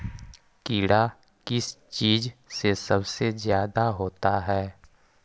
कीड़ा किस चीज से सबसे ज्यादा होता है?